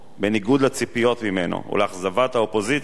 בניגוד לציפיות ממנו, ולאכזבת האופוזיציה,